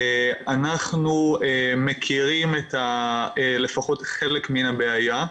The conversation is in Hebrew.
אנחנו מכירים לפחות חלק מן הבעיה,